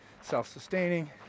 self-sustaining